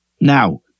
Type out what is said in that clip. Now